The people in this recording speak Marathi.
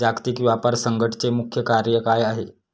जागतिक व्यापार संघटचे मुख्य कार्य काय आहे?